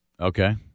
Okay